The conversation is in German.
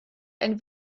ein